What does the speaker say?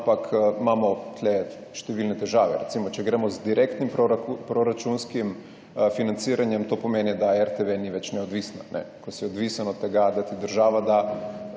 ampak imamo tukaj številne težave. Recimo, če gremo z direktnim proračunskim financiranjem, to pomeni, da RTV ni več neodvisna. Ko so odvisen od tega, da ti država da